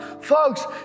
Folks